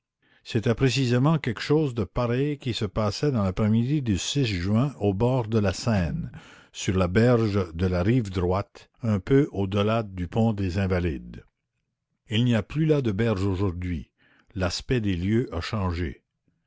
c'était précisément quelque chose de pareil qui se passait dans l'après-midi du juin au bord de la seine sur la berge de la rive droite un peu au delà du pont des invalides il n'y a plus là de berge aujourd'hui l'aspect des lieux a changé